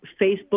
Facebook